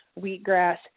wheatgrass